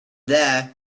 there